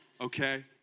Okay